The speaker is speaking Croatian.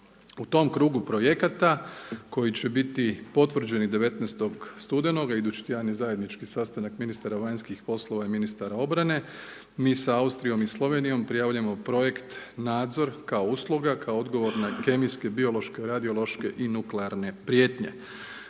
U tom krugu projekata koji će biti potvrđeni 19. studenoga, idući tjedan je zajednički sastanak ministara vanjskih poslova i ministara obrane. Mi sa Austrijom i Slovenijom prijavljujemo projekt nadzor kao usluga, kao odgovor na kemijske, biološke, radiološke i nuklearne prijetnje